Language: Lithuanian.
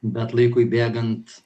bet laikui bėgant